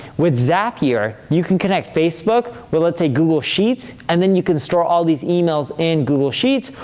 with zapier you can connect facebook with let's say google sheets, and then you can store all these emails in google sheets,